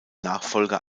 nachfolger